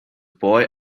boy